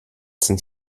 sind